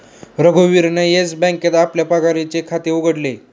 रघुवीरने येस बँकेत आपले पगाराचे खाते उघडले